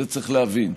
את זה צריך להבין.